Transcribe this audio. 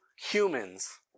humans